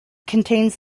contains